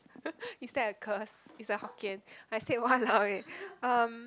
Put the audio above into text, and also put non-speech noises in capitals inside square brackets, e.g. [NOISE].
[LAUGHS] is that a curse it's like Hokkien I said !walao! eh um